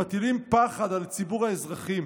המטילים פחד על ציבור האזרחים,